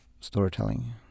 storytelling